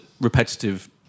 repetitive